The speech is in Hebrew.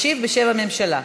הוא משיב בשם הממשלה.